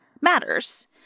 matters